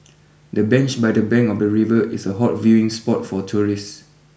the bench by the bank of the river is a hot viewing spot for tourists